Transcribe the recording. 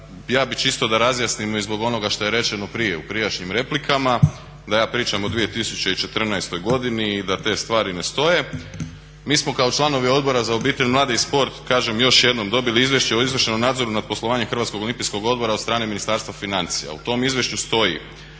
ja bih čisto da razjasnimo i zbog onoga što je rečeno prije u prijašnjim replikama da ja pričam o 2014.godini i da te stvari ne stoje. Mi smo kao članovi Odbora za obitelj, mlade i sport kažem još jednom dobili izvješće o izvršenom nadzoru nad poslovanjem HOO-a od strane Ministarstva financija. U tom izvješću stoji